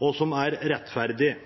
og som er rettferdig.